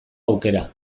aukera